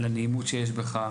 על הנעימות שיש בך.